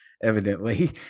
evidently